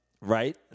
Right